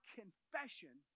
confession